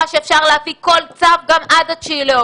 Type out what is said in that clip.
לך שאפשר להביא כל צו גם עד התשיעי באוגוסט.